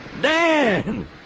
Dan